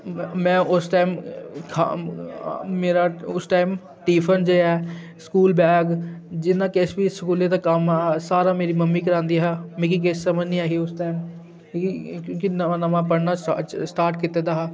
में में उस टाइम हा मेरा उस टाइम टिफन जेह्ड़ा ऐ स्कूल बैग जिन्ना किश बी स्कूलै दा कम्म हा सारा मेरी मम्मी करांदी ही मिगी किश समझ निं ऐ ही उस टाइम क्योंकि क्योंकि नमां नमां पढ़ना स्टाट स्टार्ट कीते दा हा